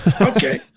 Okay